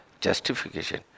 justification